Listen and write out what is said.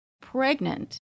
pregnant